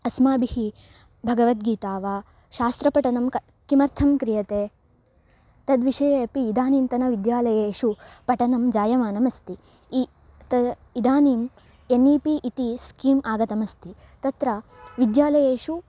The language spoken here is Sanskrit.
अस्माभिः भगवद्गीता वा शास्त्रपठनं किं किमर्थं क्रियते तद्विषये अपि इदानीन्तनविद्यालयेषु पठनं जायमानम् अस्ति इति त इदानीम् एन् इ पि इति स्कीम् आगतम् अस्ति तत्र विद्यालयेषु